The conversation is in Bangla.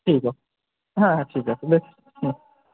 ঠিক আছে হ্যাঁ হ্যাঁ ঠিক আছে দেখছি হুম